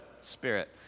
spirit